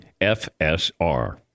FSR